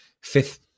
fifth